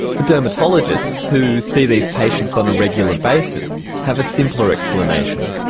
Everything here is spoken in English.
the dermatologists who see these patients on a regular basis have a simpler explanation.